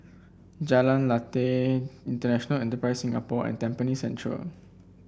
Jalan Lateh International Enterprise Singapore and Tampines Central